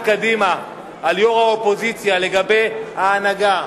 קדימה על יושבת-ראש האופוזיציה לגבי ההנהגה,